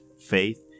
faith